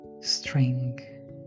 string